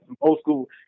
old-school